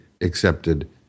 accepted